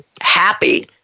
happy